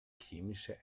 chemische